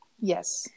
Yes